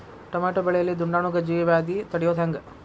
Tomato ಬೆಳೆಯಲ್ಲಿ ದುಂಡಾಣು ಗಜ್ಗಿ ವ್ಯಾಧಿ ತಡಿಯೊದ ಹೆಂಗ್?